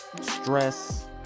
stress